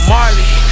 Marley